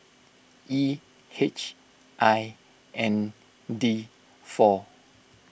E H I N D four